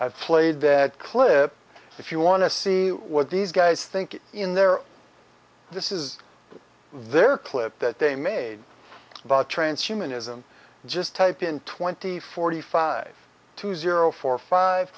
i've played that clip if you want to see what these guys think in there this is their clip that they made about trains humanism just type in twenty forty five to zero four five